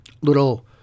little